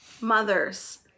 mothers